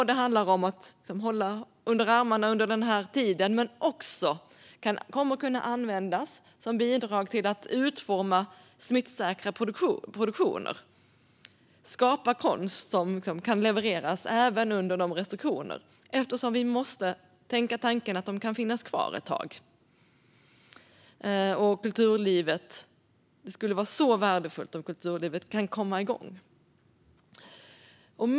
Det handlar om att hålla kulturen under armarna under den här tiden men kommer också att kunna användas som bidrag till att utforma smittsäkra produktioner och skapa konst som kan levereras även under de restriktioner som råder. För vi måste tänka tanken att de kan finnas kvar ett tag. Det skulle vara värdefullt om kulturlivet kan komma igång.